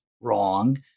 wrong